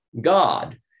God